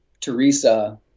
Teresa